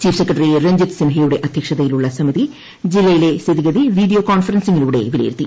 chief secretary Ranjith സിൻഹയുടെ അധ്യക്ഷതയിലുള്ള സമിതി ജില്ലയിലെ സ്ഥിതിഗതി വീഡിയോകോൺഫറൻസിങ്ങിലൂടെ വിലയിരുത്തി